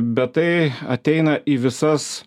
bet tai ateina į visas